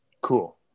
Cool